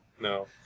No